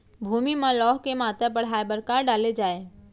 भूमि मा लौह के मात्रा बढ़ाये बर का डाले जाये?